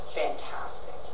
fantastic